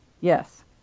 Yes